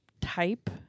type